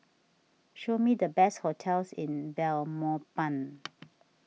show me the best hotels in Belmopan